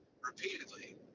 repeatedly